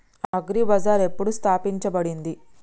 Agri Bazaar ఎప్పుడు స్థాపించబడింది?